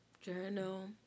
journal